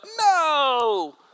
no